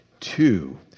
Two